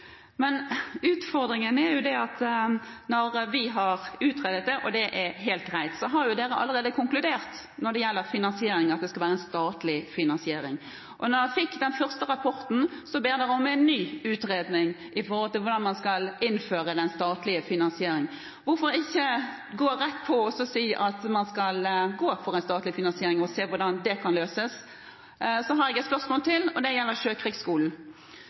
Men det er en utfordring her. Når vi har utredet det, og det er helt greit, så har regjeringen allerede konkludert når det gjelder finansiering, med at det skal være en statlig finansiering. I den første rapporten ber så regjeringen om en ny utredning om hvordan man skal innføre den statlige finansieringen. Hvorfor ikke gå rett på og si at man skal gå for en statlig finansiering og se hvordan det kan løses? Så har jeg et spørsmål til, og det gjelder Sjøkrigsskolen.